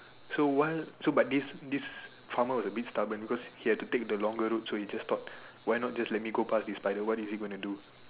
so while so but this this farmer was a bit stubborn because he had to take the longer route so he just thought why not just let me go past this spider what is he gonna do